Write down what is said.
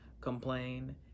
complain